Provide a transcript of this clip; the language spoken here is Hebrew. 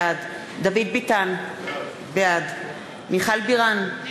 בעד דוד ביטן, בעד מיכל בירן,